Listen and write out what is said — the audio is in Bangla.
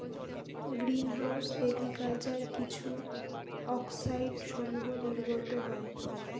গ্রীন হাউস এগ্রিকালচার কিছু অক্সাইডসমূহ নির্গত হয়